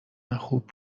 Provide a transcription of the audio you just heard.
خوب